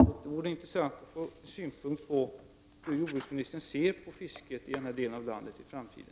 Det vore intressant att få veta hur jordbruksministern ser på fisket i framtiden i denna del av landet.